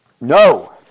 no